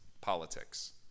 politics